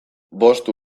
bost